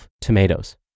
Tomatoes